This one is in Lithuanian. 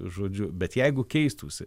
žodžiu bet jeigu keistųsi